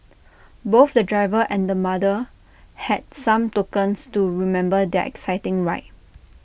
both the driver and the mother had some tokens to remember their exciting ride